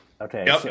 okay